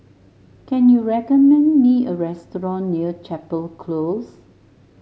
can you recommend me a restaurant near Chapel Close